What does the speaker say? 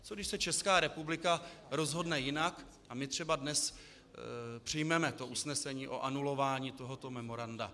Co když se Česká republika rozhodne jinak a my třeba dnes přijmeme to usnesení o anulování tohoto memoranda?